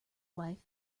life